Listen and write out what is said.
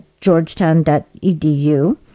georgetown.edu